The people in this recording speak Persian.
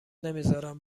نمیزارم